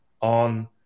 on